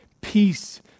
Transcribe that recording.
peace